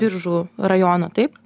biržų rajono taip